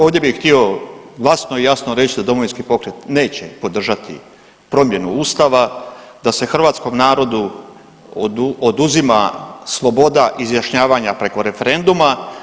Ovdje bih htio glasno i jasno reć da Domovinski pokret neće podržati promjenu ustava, da se hrvatskom narodu oduzima sloboda izjašnjavanja preko referenduma.